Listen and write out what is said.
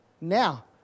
Now